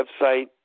website